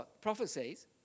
prophecies